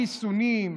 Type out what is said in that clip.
חיסונים,